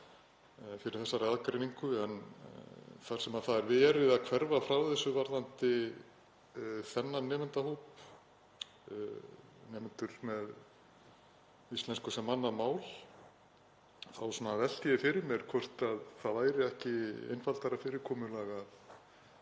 baki þessari aðgreiningu en þar sem það er verið að hverfa frá þessu varðandi þennan nemendahóp, nemendur með íslensku sem annað mál, þá velti ég fyrir mér hvort það væri ekki einfaldara fyrirkomulag